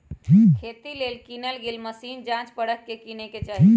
खेती लेल किनल गेल मशीन जाच परख के किने चाहि